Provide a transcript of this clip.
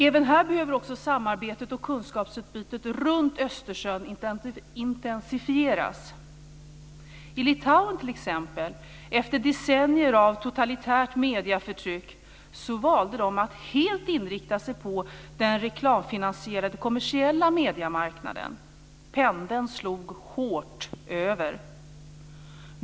Även här behöver samarbetet och kunskapsutbytet runt Östersjön intensifieras. I t.ex. Litauen valde de, efter decennier av totalitärt medieförtryck, att helt inrikta sig på den reklamfinansierade kommersiella mediemarknaden. Pendeln slog hårt över.